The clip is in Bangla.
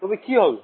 তবে কি হবে